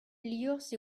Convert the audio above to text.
liorzh